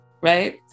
Right